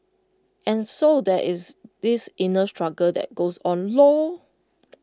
and so there is this inner struggle that goes on lor